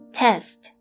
test